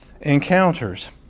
encounters